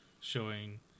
showing